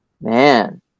man